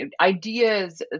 ideas